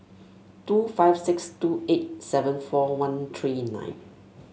two five six two eight seven four one three nine